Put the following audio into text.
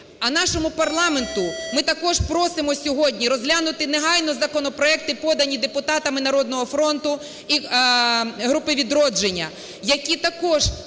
А нашому парламенту, ми також просимо сьогодні розглянути негайно законопроекти, подані депутатами "Народного фронту" і групи "Відродження", які також